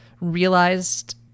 realized